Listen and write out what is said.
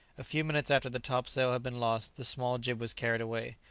a few minutes after the topsail had been lost, the small jib was carried away.